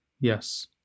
Yes